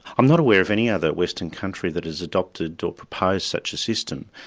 i'm not aware of any other western country that has adopted or proposed such a system.